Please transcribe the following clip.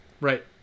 Right